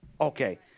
Okay